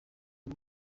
ubu